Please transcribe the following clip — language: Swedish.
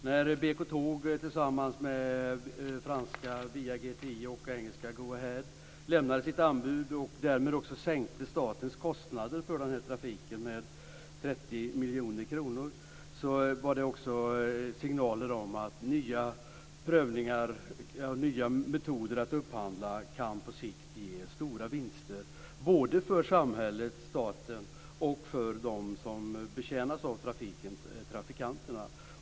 När BK Tåg tillsammans med franska VAGT och engelska Go Ahead lämnade sitt anbud och därmed också sänkte statens kostnader för den här trafiken med 30 miljoner kronor var det också signaler om att nya metoder att upphandla på sikt kan ge stora vinster både för samhället, staten och för dem som betjänas av trafiken, trafikanterna.